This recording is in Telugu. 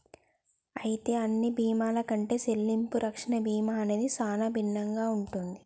అయితే అన్ని బీమాల కంటే సెల్లింపు రక్షణ బీమా అనేది సానా భిన్నంగా ఉంటది